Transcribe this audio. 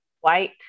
white